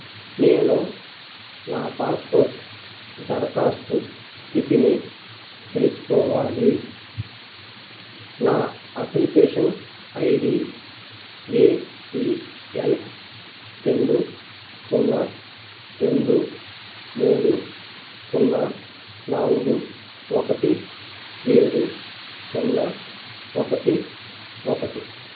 నేను నా పాస్పోర్ట్ దరఖాస్తు స్థితిని తెలుసుకోవాలి నా application I D A P L రెండు సున్నా రెండు మూడు సున్నా నాలుగు ఒకటి ఏడు సున్నా ఒకటి ఒకటి